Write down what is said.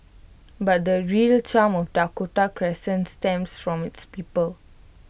but the real charm of Dakota Crescent stems from its people